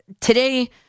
Today